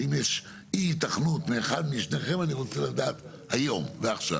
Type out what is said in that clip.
ואם יש אי היתכנות מאחד משניכם אני רוצה לדעת היום ועכשיו.